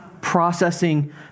processing